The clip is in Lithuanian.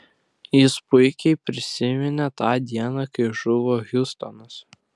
jis puikiai prisiminė tą dieną kai žuvo hiustonas